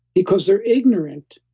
because they're ignorant,